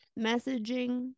messaging